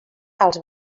els